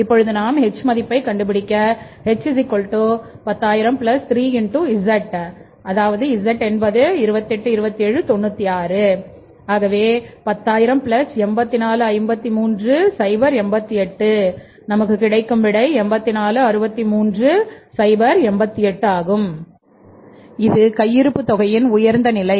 இது கையிருப்பு தொகையின் உயர்ந்த நிலை